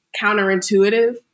counterintuitive